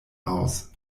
aus